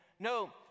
No